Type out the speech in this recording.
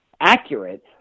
accurate